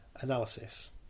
Analysis